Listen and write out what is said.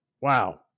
Wow